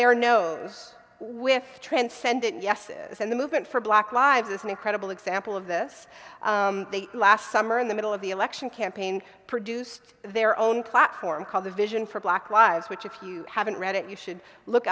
their nose with transcendent yesus and the movement for black lives is an incredible example of this last summer in the middle of the election campaign produced their own platform called a vision for black lives which if you haven't read it you should look